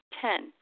Ten